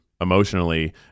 emotionally